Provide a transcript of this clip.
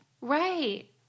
Right